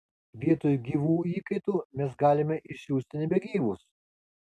vietoj gyvų įkaitų mes galime išsiųsti nebegyvus